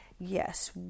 Yes